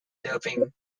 doping